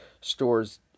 stores